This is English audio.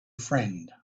friend